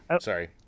sorry